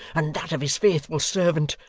and that of his faithful servant,